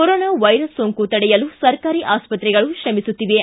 corona virus ಸೋಂಕು ತಡೆಯಲು ಸರ್ಕಾರಿ ಆಸ್ವತ್ರೆಗಳು ಶ್ರಮಿಸುತ್ತಿವೆ